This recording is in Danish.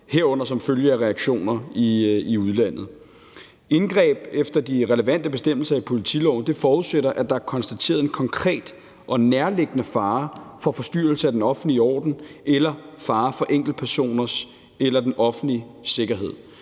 herunder som følge af reaktioner i udlandet. Indgreb efter de relevante bestemmelser i politiloven forudsætter, at der er konstateret en konkret og nærliggende fare for forstyrrelse af den offentlige orden eller »fare for enkeltpersoners eller den offentlige sikkerhed«.